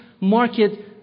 market